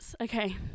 Okay